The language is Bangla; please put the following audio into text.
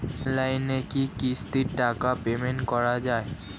অনলাইনে কি কিস্তির টাকা পেমেন্ট করা যায়?